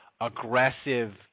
aggressive